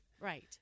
Right